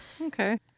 Okay